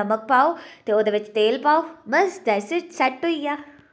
नमक पाओ ते उदे बिच तेल पाओ बस देटस इट सेट होईया